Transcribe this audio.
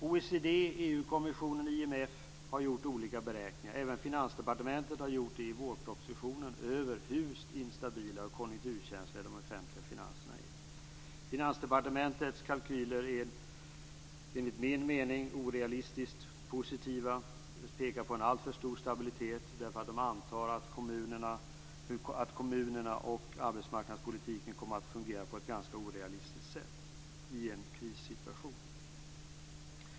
OECD, EU-kommissionen och IMF har gjort olika beräkningar. Även Finansdepartementet har gjort det i vårpropositionen över hur instabila och konjunkturkänsliga de offentliga finanserna är. Finansdepartementets kalkyler är enligt min mening orealistiskt positiva. De pekar på en alltför stor stabilitet, därför att man antar att kommunerna och arbetsmarknadspolitiken kommer att fungera på ett ganska orealistiskt sätt i en krissituation.